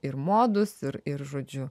ir modus ir ir žodžiu